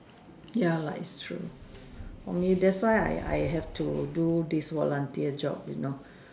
ya lah is true thats for me thats why I have to do this volunteer job you know